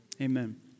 Amen